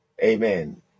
Amen